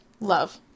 Love